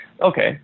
okay